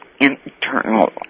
internal